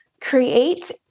create